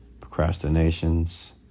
procrastinations